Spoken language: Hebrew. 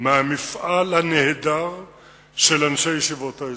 מהמפעל הנהדר של אנשי ישיבות ההסדר,